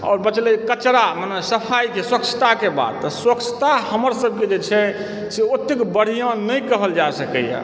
आओर बचलय कचड़ा मने सफाइके स्वच्छताके बात तऽ स्वच्छता हमर सभके जे छै से ओतेक बढ़िआँ नहि कहल जा सकयए